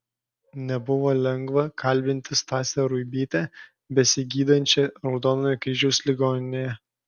nebuvo lengva kalbinti stasę ruibytę besigydančią raudonojo kryžiaus ligoninėje